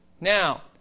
Now